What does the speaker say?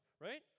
right